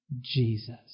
Jesus